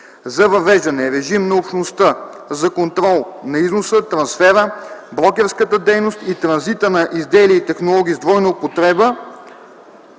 за въвеждане режим на Общността за контрол на износа, трансфера, брокерската дейност и транзита на изделия и технологии с двойна употреба